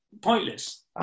Pointless